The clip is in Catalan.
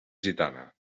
gitana